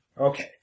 Okay